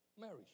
marriage